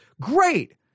Great